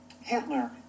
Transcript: Hitler